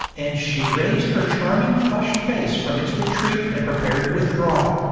and she raised her charming flushed face from its retreat and prepared to withdraw.